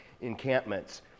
encampments